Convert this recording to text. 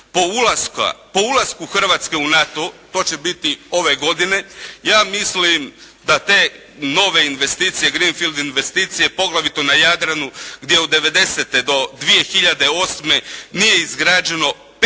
po ulasku Hrvatske u NATO, to će biti ove godine, ja mislim da te nove investicije, greenfield investicije poglavito na Jadranu gdje od '90. do 2008. nije izgrađeno pet